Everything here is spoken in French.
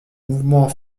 mouvement